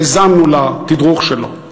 האזנו לתדרוך שלו.